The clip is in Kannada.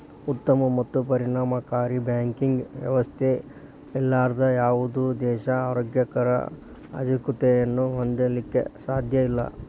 ಉತ್ತಮ ಮತ್ತು ಪರಿಣಾಮಕಾರಿ ಬ್ಯಾಂಕಿಂಗ್ ವ್ಯವಸ್ಥೆ ಇರ್ಲಾರ್ದ ಯಾವುದ ದೇಶಾ ಆರೋಗ್ಯಕರ ಆರ್ಥಿಕತೆಯನ್ನ ಹೊಂದಲಿಕ್ಕೆ ಸಾಧ್ಯಇಲ್ಲಾ